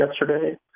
yesterday